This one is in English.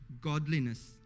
godliness